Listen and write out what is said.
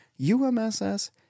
umss